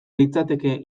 litzateke